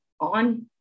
on